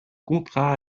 contrat